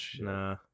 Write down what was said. Nah